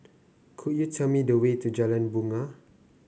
could you tell me the way to Jalan Bungar